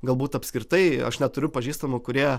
galbūt apskritai aš neturiu pažįstamų kurie